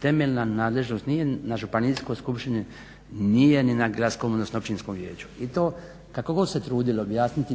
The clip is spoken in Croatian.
temeljna nadležnost nije na županijskoj skupštini, nije ni na gradskom, odnosno općinskom vijeću i to kako god se trudili objasniti